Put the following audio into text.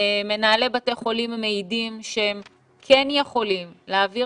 מנהלי בתי חולים מעידים שהם כן יכולים להעביר